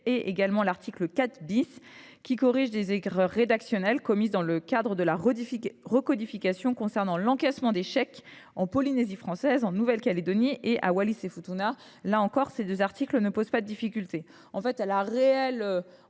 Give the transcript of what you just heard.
part, l’article 4 corrige des erreurs rédactionnelles commises dans le cadre de la recodification, relatives à l’encaissement des chèques en Polynésie française, en Nouvelle Calédonie et à Wallis et Futuna. Là encore, ces deux articles ne posent pas de difficulté. Le seul débat